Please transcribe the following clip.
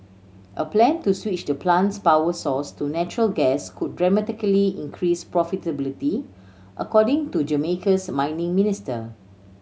a plan to switch the plant's power source to natural gas could dramatically increase profitability according to Jamaica's mining minister